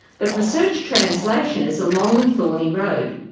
but research translation is a long and thorny road.